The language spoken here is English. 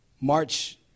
March